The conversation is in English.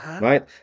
Right